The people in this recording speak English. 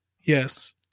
yes